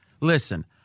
listen